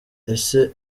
ese